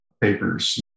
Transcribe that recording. papers